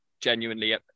genuinely